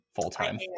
full-time